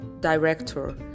director